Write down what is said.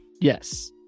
Yes